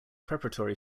preparatory